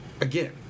again